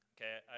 Okay